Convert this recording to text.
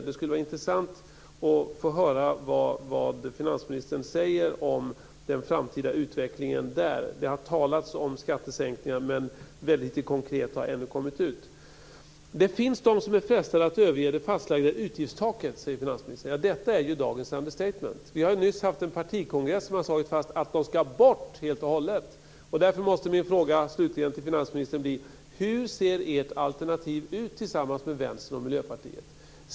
Det skulle vara intressant att få höra vad finansministern säger om den framtida utvecklingen på det området. Det har talats om skattesänkningar, men väldigt lite konkret har ännu kommit ut. Det finns de som är frestade att överge det fastlagda utgiftstaket, säger finansministern. Detta är dagens understatement. Vi har ju nyss haft en partikongress som har slagit fast att de ska bort helt och hållet. Därför måste slutligen min fråga till finansministern bli: Hur ser ert alternativ ut tillsammans med Vänstern och Miljöpartiet?